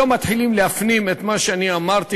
היום מתחילים להפנים את מה שאני אמרתי,